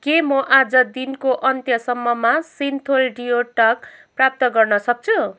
के म आज दिनको अन्त्यसम्ममा सिन्थोल डिओ टाल्क प्राप्त गर्नसक्छु